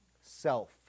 Self